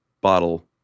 bottle